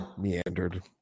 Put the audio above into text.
meandered